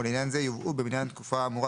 ולעניין זה יובאו במניין התקופה האמורה